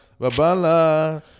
Babala